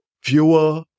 fewer